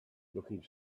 looking